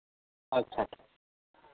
ᱟᱪᱪᱷᱟ